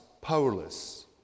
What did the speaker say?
powerless